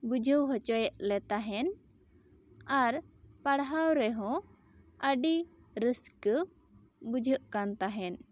ᱵᱩᱡᱷᱹᱣ ᱦᱚᱪᱚᱭᱮᱫ ᱞᱮᱫ ᱛᱟᱦᱮᱱ ᱟᱨ ᱯᱟᱲᱦᱟᱣ ᱨᱮᱦᱚ ᱟᱹᱰᱤ ᱨᱟᱹᱥᱠᱟᱹ ᱵᱩᱡᱷᱟᱹᱜ ᱠᱟᱱ ᱛᱟᱦᱮᱱ